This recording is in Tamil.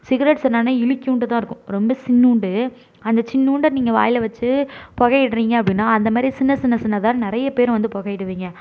சிகரெட்ஸ் என்னான்னால் இனிக்கியோண்டு தான் இருக்கும் ரொம்ப சின்னோண்டு அந்த சின்னோண்ட நீங்கள் வாயில் வச்சு புகயிடுறீங்க அப்படினா அந்த மாதிரி சின்ன சின்ன சின்னதாக நிறையா பேரு வந்து புகயிடுவீங்க